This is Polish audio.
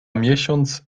miesiąc